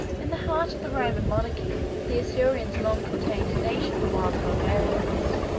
in the heart of the roman monarchy, the isaurians long continued a nation of wild barbarians.